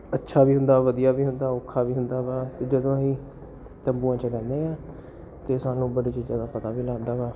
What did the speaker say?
ਅੱਛਾ ਵੀ ਹੁੰਦਾ ਵਧੀਆ ਵੀ ਹੁੰਦਾ ਔਖਾ ਵੀ ਹੁੰਦਾ ਵਾ ਅਤੇ ਜਦੋਂ ਅਸੀਂ ਤੰਬੂਆਂ 'ਚ ਰਹਿੰਦੇ ਹਾਂ ਅਤੇ ਸਾਨੂੰ ਬੜੀ ਚੀਜ਼ਾਂ ਦਾ ਪਤਾ ਵੀ ਲੱਗਦਾ ਵਾ